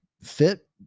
fit